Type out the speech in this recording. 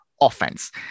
offense